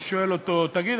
ושואל אותו: תגיד,